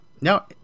No